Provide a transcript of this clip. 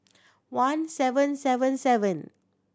one seven seven seven